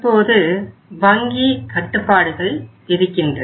இப்போது வங்கி கட்டுப்பாடுகள் விதிக்கின்றது